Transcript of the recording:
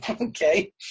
okay